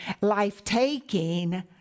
life-taking